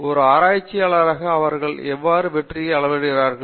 ஒரு ஆராய்ச்சியாளராக அவர்கள் எவ்வாறு வெற்றியை அளவிடுகிறார்கள்